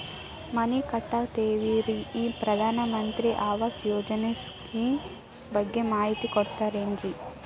ಮನಿ ಕಟ್ಟಕತೇವಿ ರಿ ಈ ಪ್ರಧಾನ ಮಂತ್ರಿ ಆವಾಸ್ ಯೋಜನೆ ಸ್ಕೇಮ್ ಬಗ್ಗೆ ಮಾಹಿತಿ ಕೊಡ್ತೇರೆನ್ರಿ?